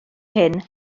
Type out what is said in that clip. hyn